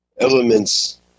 elements